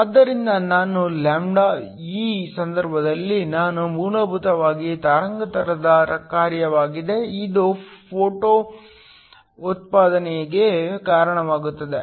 ಆದ್ದರಿಂದ ನಾನು λ ಈ ಸಂದರ್ಭದಲ್ಲಿ ನಾನು ಮೂಲಭೂತವಾಗಿ ತರಂಗಾಂತರದ ಕಾರ್ಯವಾಗಿದೆ ಇದು ಫೋಟೋ ಉತ್ಪಾದನೆಗೆ ಕಾರಣವಾಗುತ್ತದೆ